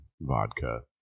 vodka